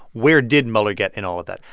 where did mueller get in all of that?